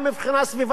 חבר הכנסת דב חנין,